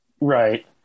Right